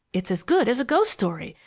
it's as good as a ghost story.